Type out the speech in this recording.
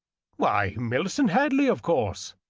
why, millicent hadley, of course.